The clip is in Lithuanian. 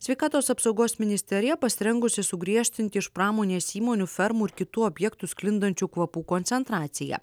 sveikatos apsaugos ministerija pasirengusi sugriežtinti iš pramonės įmonių fermų ir kitų objektų sklindančių kvapų koncentraciją